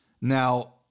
Now